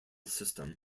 system